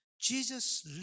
Jesus